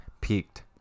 Peaked